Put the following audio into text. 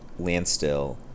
Landstill